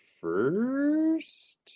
first